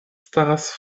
staras